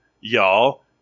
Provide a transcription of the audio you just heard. y'all